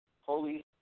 holy